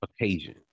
occasion